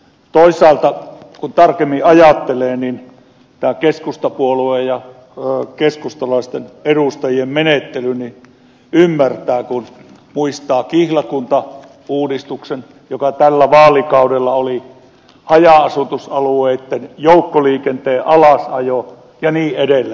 toisaalta kun tarkemmin ajattelee niin tämä keskustapuolueen ja keskustalaisten edustajien menettelyn ymmärtää kun muistaa kihlakuntauudistuksen joka tällä vaalikaudella oli samoin haja asutusalueitten joukkoliikenteen alasajon ja niin edelleen